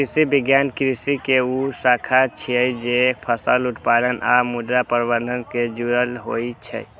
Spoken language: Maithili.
कृषि विज्ञान कृषि के ऊ शाखा छियै, जे फसल उत्पादन आ मृदा प्रबंधन सं जुड़ल होइ छै